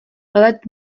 let